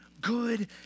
good